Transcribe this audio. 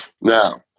Now